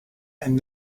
and